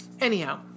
Anyhow